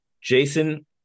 Jason